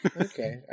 okay